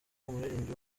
umuririmbyi